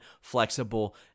flexible